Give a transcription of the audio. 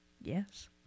Yes